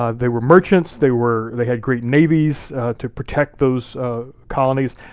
ah they were merchants, they were, they had great navies to protect those colonies,